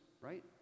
right